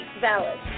valid